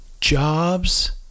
jobs